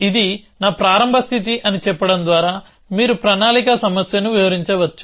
ఇది నా ప్రారంభ స్థితి అని చెప్పడం ద్వారా మీరు ప్రణాళిక సమస్యను వివరించవచ్చు